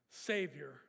Savior